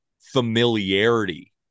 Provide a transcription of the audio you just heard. familiarity